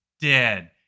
dead